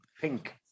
pink